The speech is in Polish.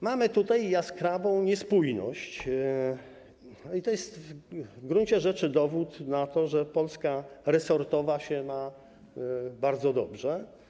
Mamy tutaj jaskrawą niespójność i to jest w gruncie rzeczy dowód na to, że Polska resortowa ma bardzo się dobrze.